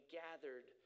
gathered